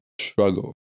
struggle